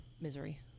Misery